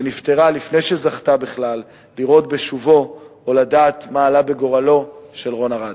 שנפטרה לפני שזכתה בכלל לראות בשובו או לדעת מה עלה בגורלו של רון ארד.